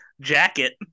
jacket